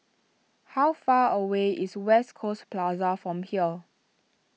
how far away is West Coast Plaza from here